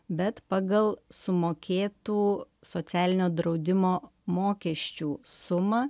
bet pagal sumokėtų socialinio draudimo mokesčių sumą